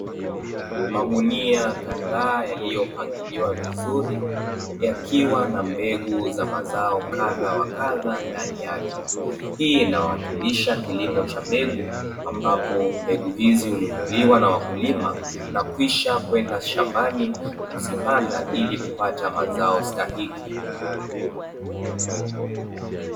Magunia kadhaa yaliyopangiliwa vizuri, yakiwa na mbegu za mazao kadha wa kadha ndani yake, hii inawakilisha kilimo cha mbegu ambapo mbegu hizi hununuliwa na wakulima na kwisha kwenda shambani kuzipanda, ili kupata mazao stahiki.